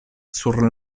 sur